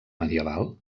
medieval